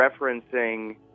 referencing